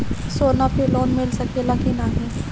सोना पे लोन मिल सकेला की नाहीं?